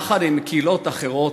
יחד עם קהילות אחרות,